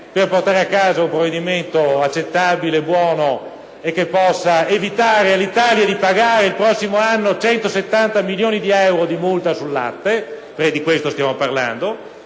per portare a casa un provvedimento accettabile, buono e capace di evitare all'Italia di pagare, il prossimo anno, 170 milioni di euro di multa sul latte - perché di questo stiamo parlando